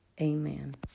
Amen